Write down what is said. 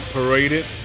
Paraded